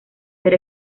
ser